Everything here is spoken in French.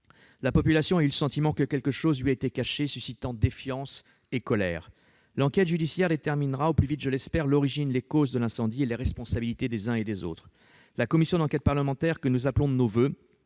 La population a eu le sentiment que quelque chose lui était caché, ce qui a suscité défiance et colère. L'enquête judiciaire déterminera- au plus vite, je l'espère -l'origine, les causes de l'incendie et les responsabilités des uns et des autres. La commission d'enquête parlementaire que nous appelons de nos voeux